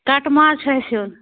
کٹہٕ ماز چھُ اسہِ ہیٚوان